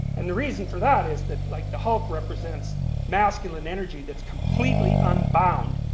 and the reason for that is that like the hulk represents masculine energy that's completely unbound.